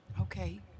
Okay